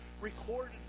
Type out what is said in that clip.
recorded